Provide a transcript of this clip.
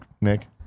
Nick